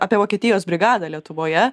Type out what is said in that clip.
apie vokietijos brigadą lietuvoje